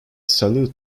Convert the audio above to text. salute